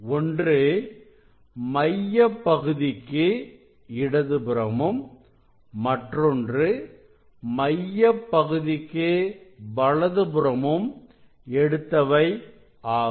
ஒன்று மையப்பகுதிக்கு இடதுபுறமும் மற்றொன்று மையப்பகுதிக்கு வலது புறமும் எடுத்தவை ஆகும்